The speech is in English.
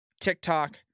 TikTok